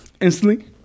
Instantly